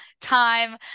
time